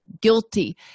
guilty